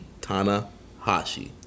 Tanahashi